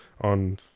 on